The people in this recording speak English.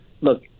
Look